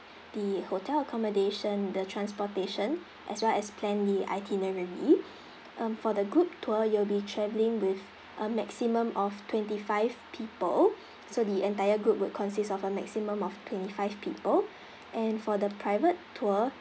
the hotel accommodation the transportation as well as plan the itinerary um for the good tour you'll be travelling with a maximum of twenty five people so the entire group would consist of a maximum of twenty five people and for the private tour